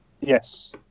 Yes